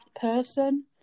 person